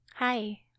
Hi